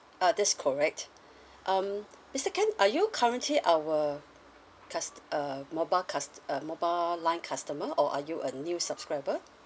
ah that's correct um mister ken are you currently our cust~ uh mobile cust~ uh mobile line customer or are you a new subscriber